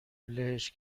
لهش